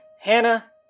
Hannah